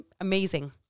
amazing